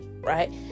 right